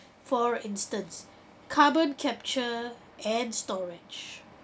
for instance carbon capture and storage